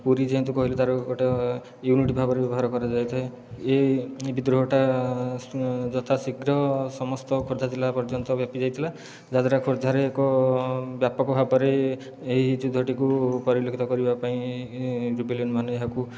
ପୁରୀ ଯେହେତୁ କହିଲେ ତାର ଗୋଟେ ୟୁନିଟ୍ ଭାବରେ ବ୍ୟବହାର କରାଯାଇଥାଏ ଏ ଏ ବିଦ୍ରୋହଟା ଯଥାଶୀଘ୍ର ସମସ୍ତ ଖୋର୍ଦ୍ଧା ଜିଲ୍ଲା ପର୍ଯ୍ୟନ୍ତ ବ୍ୟାପିଯାଇଥିଲା ଯାହାଦ୍ୱାରା ଖୋର୍ଦ୍ଧାରେ ଏକ ବ୍ୟାପକ ଭାବରେ ଏହି ଯୁଦ୍ଧଟିକୁ ପରିଲକ୍ଷିତ କରିବାପାଇଁ ରୁବେଲିଅନମାନେ ଏହାକୁ